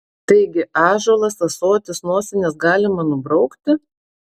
taigi ąžuolas ąsotis nosines galima nubraukti